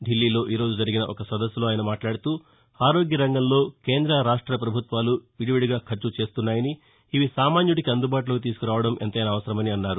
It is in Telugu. డిల్లీలో ఈ రోజు జరిగిన ఒక సదస్సులో ఆయన మాట్లాడుతూఆరోగ్య రంగంలో కేంద్ర రాష్ట ప్రభుత్వాలు విడివిడిగా ఖర్చు చేస్తున్నాయని ఇవి సామాన్యుడికి అందుబాటులోకి తీసుకురావడం ఎంతైనా అవసరమని అన్నారు